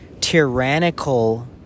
tyrannical